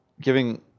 giving